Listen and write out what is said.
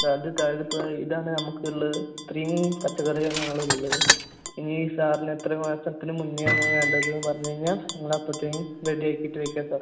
ഇതാണ് നമ്മൾക്ക് ഉള്ളത് ഇത്രയും പച്ചക്കറി ആണ് ഞങ്ങളുടെ കയ്യിൽ ഉള്ളത് ഇനി സാറിന് എത്ര മാസത്തിന് മുന്നെയാണ് വേണ്ടത് എന്ന് പറഞ്ഞു കഴിഞ്ഞാൽ ഞങ്ങൾ അപ്പോഴേക്കും റെഡി ആക്കിയിട്ട് വെക്കാം സാർ